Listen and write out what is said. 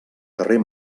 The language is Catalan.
carrer